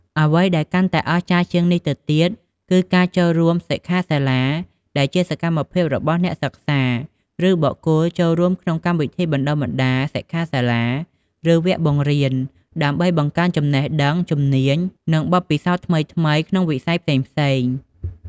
អ្វីដែលកាន់តែអស្ចារ្យជាងនេះទៅទៀត គឺការចូលរួមសិក្ខាសាលាដែលជាសកម្មភាពរបស់អ្នកសិក្សា ឬបុគ្គលចូលរួមក្នុងកម្មវិធីបណ្តុះបណ្តាល សិក្ខាសាលា ឬវគ្គបង្រៀន ដើម្បីបង្កើនចំណេះដឹង ជំនាញ និងបទពិសោធន៍ថ្មីៗក្នុងវិស័យផ្សេងៗ។